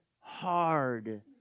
hard